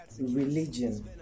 religion